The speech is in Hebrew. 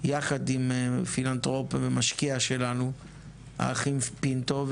יחד עם פילנתרופ ומשקיע שלנו האחים פינטו,